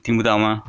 听不到吗